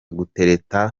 gutereta